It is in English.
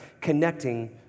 connecting